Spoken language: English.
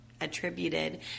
attributed